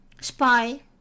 Spy